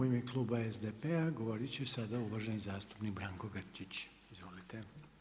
U ime kluba SDP-a govorit će sada uvaženi zastupnik Branko Grčić, izvolite.